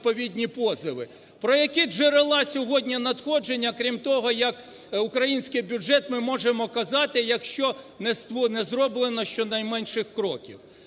Про які джерела надходження, крім того як український бюджет, ми можемо казати, якщо не зроблено щонайменших кроків?